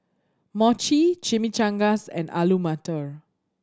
Mochi Chimichangas and Alu Matar